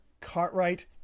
cartwright